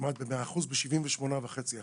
כמעט ב-100%, ב-78.5%.